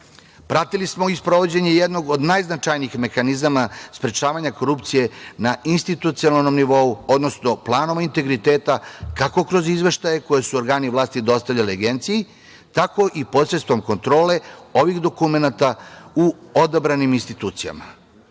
Pratili smo i sprovođenje jednog od najznačajnijih mehanizama sprečavanja korupcije na institucionalnom nivou, odnosno planom integriteta, kako kroz izveštaje koji su organi vlasti dostavljali Agenciji, tako i posredstvom kontrole ovih dokumenata u odabranim institucijama.U